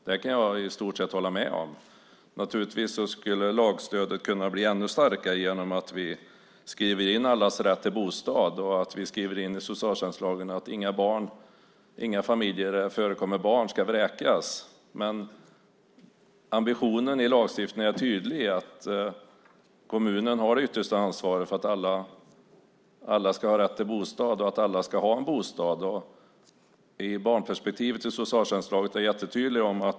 Jag kan i stort sett hålla med om det. Lagstödet skulle naturligtvis kunna bli ännu starkare genom att vi skriver in allas rätt till bostad och att vi skriver in i socialtjänstlagen att inga familjer med barn ska vräkas. Men ambitionen i lagstiftningen är tydlig. Kommunen har det yttersta ansvaret för att alla ska ha en bostad. Barnperspektivet i socialtjänstlagen är jättetydligt.